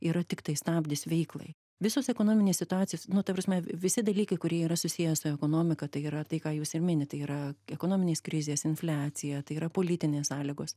yra tiktai stabdis veiklai visos ekonominės situacijos nu ta prasme visi dalykai kurie yra susiję su ekonomika tai yra tai ką jūs ir minit tai yra ekonominės krizės infliacija tai yra politinės sąlygos